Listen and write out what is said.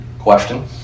question